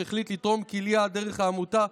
שהחליט לתרום כליה דרך העמותה.